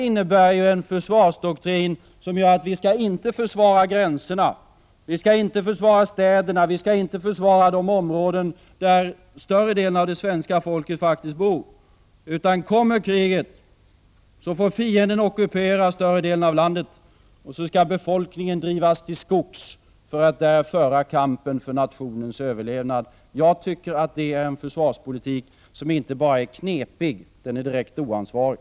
Hans försvarsdoktrin skulle innebära att vi inte skall försvara gränserna, inte försvara städerna, inte försvara de områden där större delen av det svenska folket faktiskt bor, utan kommer kriget får fienden ockupera större delen av landet och så skall befolkningen drivas till skogs för att där föra kampen för nationens överlevnad. Det är en försvarspolitik som inte bara är knepig, den är direkt oansvarig.